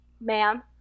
ma'am